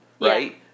right